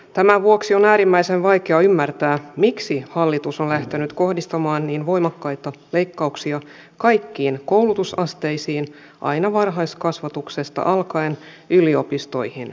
tämän vuoksi on äärimmäisen vaikeaa ymmärtää miksi hallitus on lähtenyt kohdistamaan niin voimakkaita leikkauksia kaikkiin koulutusasteisiin aina varhaiskasvatuksesta alkaen yliopistoihin saakka